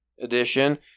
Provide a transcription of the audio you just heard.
edition